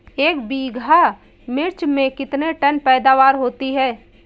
एक बीघा मिर्च में कितने टन पैदावार होती है?